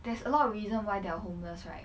there's a lot of reason why they are homeless right